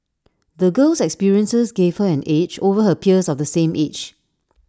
the girl's experiences gave her an edge over her peers of the same age